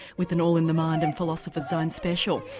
with an all in the mind and philosopher's zone special.